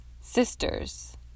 Sisters